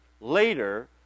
later